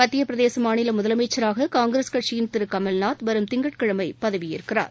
மத்திய பிரதேச மாநில முதலமைச்சராக காங்கிரஸ் கட்சியின் திரு கமல்நாத் வரும் திங்கட்கிழமை பதவி ஏற்கிறார்